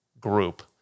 group